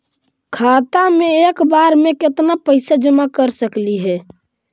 खाता मे एक बार मे केत्ना पैसा जमा कर सकली हे?